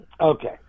Okay